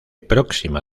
próxima